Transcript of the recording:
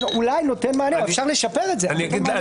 אני אומר ששמעתי את דעתו של בית המשפט.